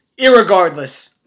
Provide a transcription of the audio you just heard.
irregardless